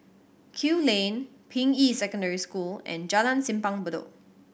Kew Lane Ping Yi Secondary School and Jalan Simpang Bedok